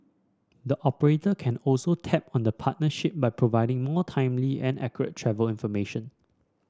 the operator can also tap on the partnership by providing more timely and accurate travel information